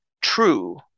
true